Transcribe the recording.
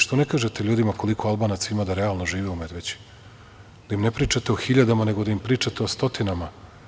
Što ne kažete ljudima koliko Albanaca ima da realno žive u Medveđi, da im ne pričate o hiljadama, nego da im pričate o stotinama.